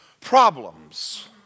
problems